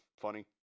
funny